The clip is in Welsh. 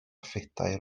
phedair